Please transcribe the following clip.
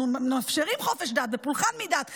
אנחנו מאפשרים חופש דת ופולחן וחופש מדת וכניסה,